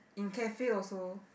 cafe also